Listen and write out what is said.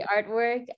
artwork